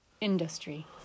industry